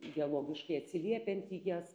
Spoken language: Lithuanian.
ideologiškai atsiliepiant į jas